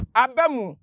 abemu